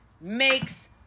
makes